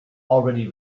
already